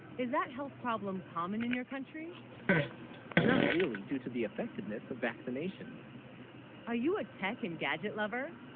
is that health problem common in your country not really due to the effectiveness of vaccinations are you a tech and gadget lover